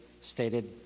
stated